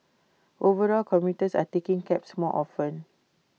overall commuters are taking cabs more often